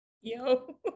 yo